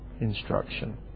instruction